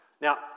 Now